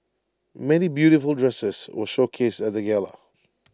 many beautiful dresses were showcased at the gala